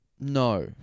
No